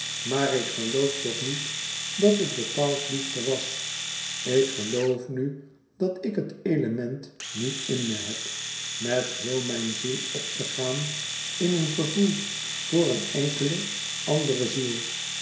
maar ik geloof toch niet dat het bepaald liefde was ik geloof nu dat ik het element niet in me heb met heel mijn ziel op te gaan in een gevoel voor een enkele andere ziel